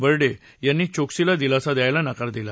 बडें यांनी चोक्सीला दिलासा द्यायला नकार दिला